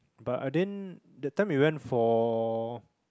but I didn't that time we went for